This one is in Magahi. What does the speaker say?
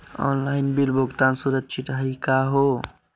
ऑनलाइन बिल भुगतान सुरक्षित हई का हो?